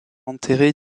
enterrés